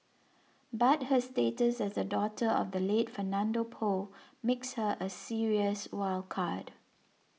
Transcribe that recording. but her status as the daughter of the late Fernando Poe makes her a serious wild card